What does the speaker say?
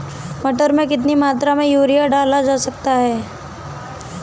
मटर में कितनी मात्रा में यूरिया डाला जाता है?